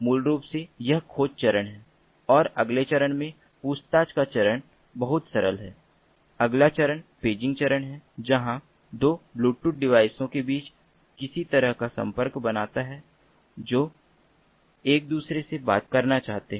तो यह मूल रूप से यह खोज चरण है या अगले चरण में पूछताछ का चरण बहुत सरल है अगला चरण पेजिंग चरण है जहां 2 ब्लूटूथ डिवाइसों के बीच किसी तरह का संपर्क बनता है जो एक दूसरे से बात करना चाहते हैं